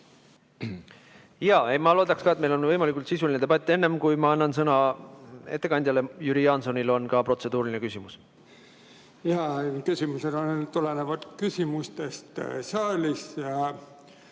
Jaa, ma loodan ka, et meil on võimalikult sisuline debatt. Enne, kui ma annan sõna ettekandjale, on ka Jüri Jaansonil protseduuriline küsimus. Küsimused tulenevad küsimustest saalis ja